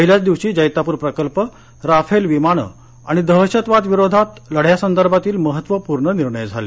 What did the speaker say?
पहिल्याच दिवशी जैतापूर प्रकल्प राफेल विमानं आणि दहशतवादविरोधी लढ्यासंदर्भात महत्वपूर्ण निर्णय झाले